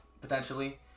potentially